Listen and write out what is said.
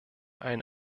einen